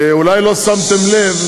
אולי לא שמתם לב,